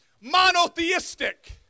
monotheistic